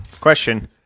Question